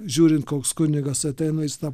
žiūrint koks kunigas ateina jis tą